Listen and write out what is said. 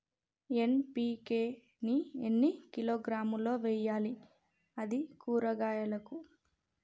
NPK ని ఎన్ని కిలోగ్రాములు వెయ్యాలి? అది కూరగాయలకు?